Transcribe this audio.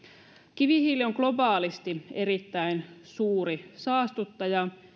kivihiili on globaalisti erittäin suuri saastuttaja